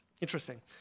Interesting